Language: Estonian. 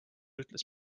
ütles